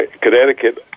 Connecticut